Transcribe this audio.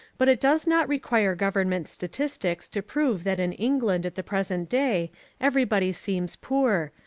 but it does not require government statistics to prove that in england at the present day everybody seems poor,